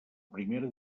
primera